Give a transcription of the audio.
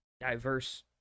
diverse